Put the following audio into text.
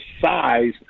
size